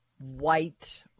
white